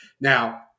now